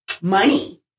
money